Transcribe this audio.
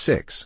Six